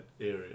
area